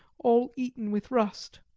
all eaten with rust.